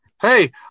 Hey